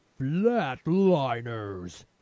Flatliners